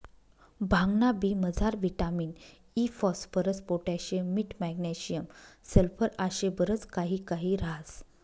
भांगना बी मजार विटामिन इ, फास्फरस, पोटॅशियम, मीठ, मॅग्नेशियम, सल्फर आशे बरच काही काही ह्रास